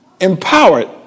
Empowered